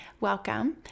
welcome